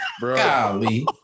golly